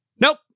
Nope